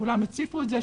וכולם הציפו את זה,